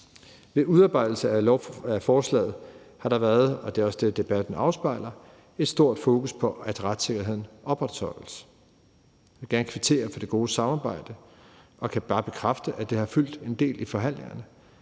Ved udarbejdelsen af forslaget har der, og det er også det, debatten afspejler, været et stort fokus på, at retssikkerheden opretholdes. Jeg vil gerne kvittere for det gode samarbejde, og jeg kan bare bekræfte, at det har fyldt en del i forhandlingerne